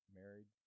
married